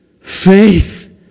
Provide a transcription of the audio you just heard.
faith